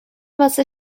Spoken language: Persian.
واسه